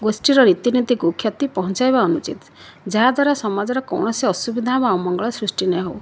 ଗୋଷ୍ଠୀର ରୀତିନୀତିକୁ କ୍ଷତି ପହଞ୍ଚାଇବା ଅନୁଚିତ୍ ଯାହାଦ୍ଵାରା ସମାଜର କୌଣସି ଅସୁବିଧା ବା ଅମଙ୍ଗଳ ସୃଷ୍ଟି ନହେଉ